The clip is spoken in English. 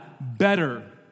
better